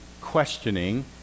questioning